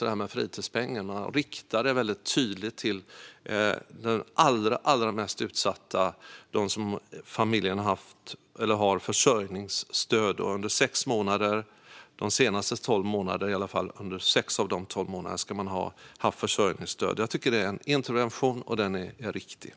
Den är tydligt riktad till de allra mest utsatta, nämligen familjer som under sex av de senaste tolv månaderna har fått försörjningsstöd. Det är en riktig intervention.